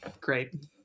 great